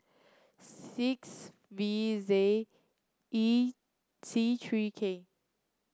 six V Z E C three K